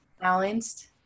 balanced